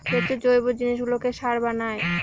কেঁচো জৈব জিনিসগুলোকে সার বানায়